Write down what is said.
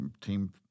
team